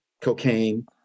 cocaine